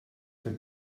que